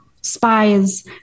spies